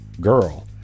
girl